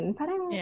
parang